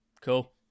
Cool